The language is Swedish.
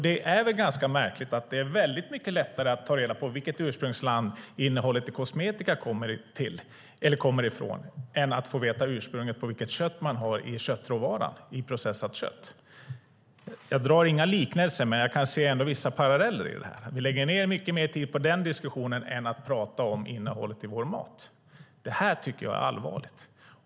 Det är ganska märkligt att det är väldigt mycket lättare att ta reda på vilket ursprungsland som innehållet i kosmetika kommer från än att få veta ursprunget till det kött man har i köttråvaran i processat kött. Jag gör inga liknelser, men jag kan ändå se vissa paralleller. Vi lägger ned mycket mer tid på den diskussionen än att prata om innehållet i vår mat. Det tycker jag är allvarligt.